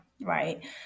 right